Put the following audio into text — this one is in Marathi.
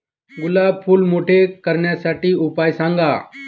गुलाब फूल मोठे करण्यासाठी उपाय सांगा?